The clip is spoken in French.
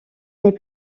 n’est